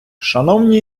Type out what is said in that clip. шановні